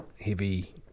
heavy